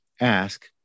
Ask